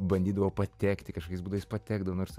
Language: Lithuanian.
bandydavo patekti kažkokiais būdais patekdavo nors